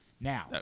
Now